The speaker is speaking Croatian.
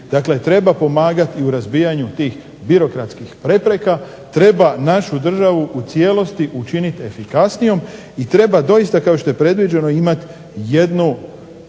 treba pomagat i u razbijanju tih birokratskih prepreka, treba našu državu u cijelosti učiniti efikasnijom i treba doista kao što je predviđeno imati jednu